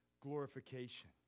glorification